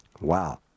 Wow